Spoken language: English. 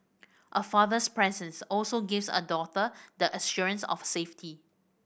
a father's presence also gives a daughter the assurance of safety